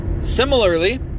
Similarly